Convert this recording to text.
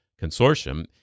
consortium